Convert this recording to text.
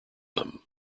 them